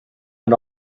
had